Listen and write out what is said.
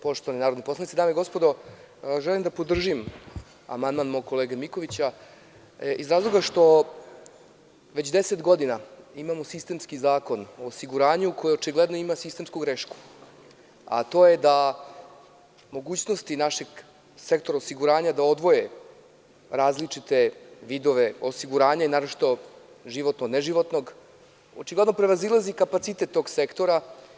Poštovani narodni poslanici, dame i gospodo, želim da podržim amandman mog kolege Mikovića, iz razloga što već 10 godina imamo sistemski Zakon o osiguranju koji očigledno imaju sistemsku grešku, a to je da mogućnosti našeg sektora osiguranja da odvoji različite vidove osiguranja, naročito životno od neživotnog, očigledno prevazilazi kapacitet tog sektora.